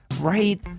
right